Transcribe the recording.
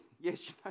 Yes